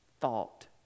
thought